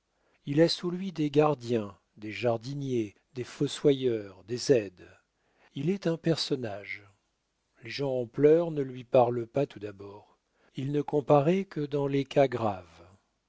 il a sous lui des gardiens des jardiniers des fossoyeurs des aides il est un personnage les gens en pleurs ne lui parlent pas tout d'abord il ne comparaît que dans les cas graves